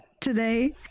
today